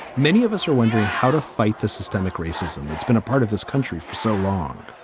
many of us are wondering how to fight the systemic racism that's been a part of this country for so long.